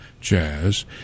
Jazz